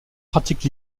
pratique